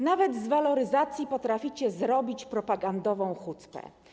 Nawet z waloryzacji potraficie zrobić propagandową hucpę.